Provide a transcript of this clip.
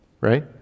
Right